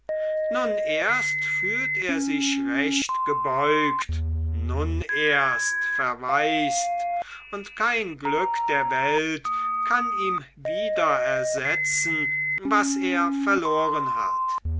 nun erst fühlt er sich recht gebeugt nun erst verwaist und kein glück der welt kann ihm wieder ersetzen was er verloren hat